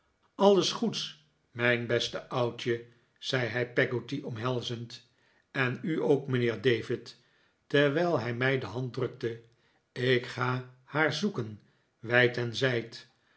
alles goeds mijn beste oudje zei hij peggotty omhelzend en u ook mijnheer david terwijl hij mij de hand drukte ik ga haar zoeken wijd en zijd